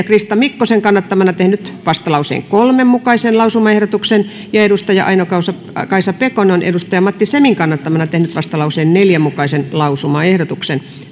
krista mikkosen kannattamana tehnyt vastalauseen kolmen mukaisen lausumaehdotuksen ja aino kaisa kaisa pekonen matti semin kannattamana vastalauseen neljän mukaisen lausumaehdotuksen